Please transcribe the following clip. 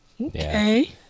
Okay